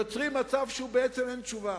יוצרים מצב שבעצם אין תשובה.